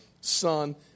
Son